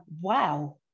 wow